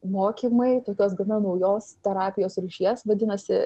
mokymai tokios gana naujos terapijos rūšies vadinasi